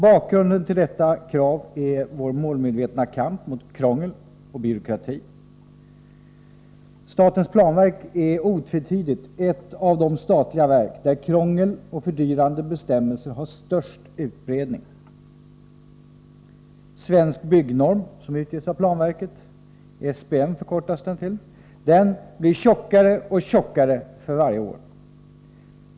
Bakgrunden till detta krav är vår målmedvetna kamp mot krångel och byråkrati. Statens planverk är otvetydigt ett av de statliga verk där krångel och fördyrande bestämmelser har störst utbredning. Svensk Byggnorm , som utges av planverket, blir tjockare och tjockare för varje år.